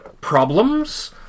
problems